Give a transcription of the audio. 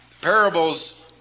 parables